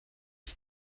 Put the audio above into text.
ich